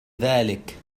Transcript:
ذلك